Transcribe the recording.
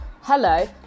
Hello